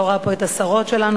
אני לא רואה פה את השרות שלנו,